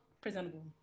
presentable